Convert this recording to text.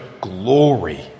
glory